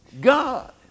God